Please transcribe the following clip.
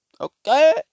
Okay